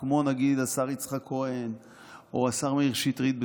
נגיד כמו השר יצחק כהן או השר מאיר שטרית בזמנו,